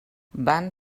van